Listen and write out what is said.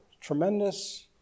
Tremendous